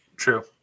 True